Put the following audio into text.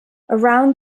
around